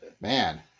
Man